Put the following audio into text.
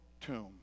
tomb